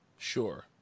Sure